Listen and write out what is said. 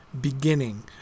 beginning